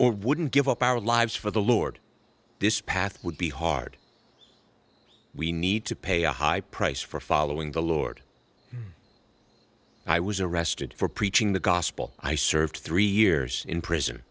or wouldn't give up our lives for the lord this path would be hard we need to pay a high price for following the lord i was arrested for preaching the gospel i served three years in prison